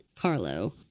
carlo